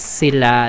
sila